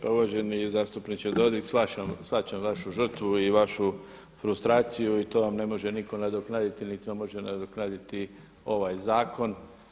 Pa uvaženi zastupniče Dodig shvaćam vašu žrtvu i vašu frustraciju i to vam ne može nitko nadoknaditi, niti vam može nadoknaditi ovaj zakon.